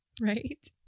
right